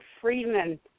Freeman